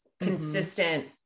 consistent